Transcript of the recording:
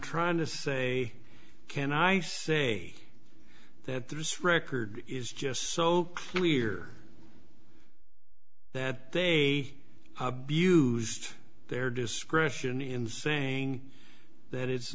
trying to say can i say that this record is just so clear that they used their discretion in saying that it's